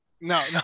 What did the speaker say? no